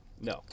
No